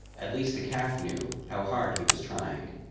at least the calf knew how hard he was trying